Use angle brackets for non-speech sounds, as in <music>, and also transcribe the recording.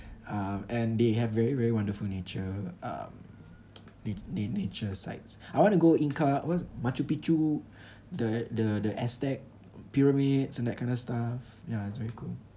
uh and they have very very wonderful nature um <noise> na~ na~ nature sites I wanna go inca what's machu picchu the the the aztec pyramids and that kind of stuff ya it's very cool